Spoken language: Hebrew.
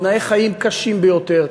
תנאי חיים קשים ביותר,